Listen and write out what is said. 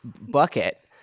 Bucket